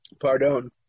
Pardon